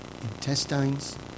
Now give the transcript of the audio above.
intestines